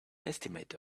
estimate